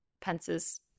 Pence's